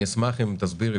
אני אשמח אם תסבירי,